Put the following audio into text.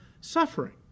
suffering